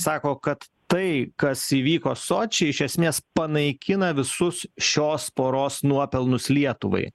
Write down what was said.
sako kad tai kas įvyko sočiai iš esmės panaikina visus šios poros nuopelnus lietuvai